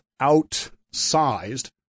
outsized